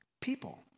people